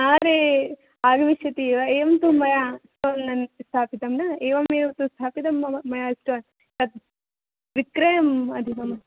अरे आगमिष्यति वा एवं तु मया स्टाल् न स्थापितं न एवमेव तु स्थापितं मम मया स्टाल् त् विक्रयम् अधिकमस्ति